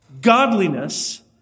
godliness